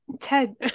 Ted